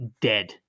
dead